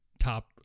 Top